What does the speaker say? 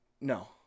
No